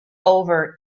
over